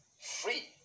free